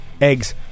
eggs